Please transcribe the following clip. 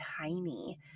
tiny